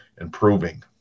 improving